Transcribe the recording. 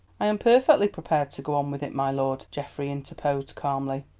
i am perfectly prepared to go on with it, my lord, geoffrey interposed calmly.